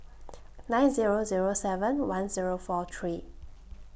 nine Zero Zero seven one Zero four three